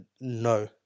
no